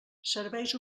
serveis